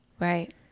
right